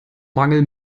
mangel